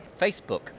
Facebook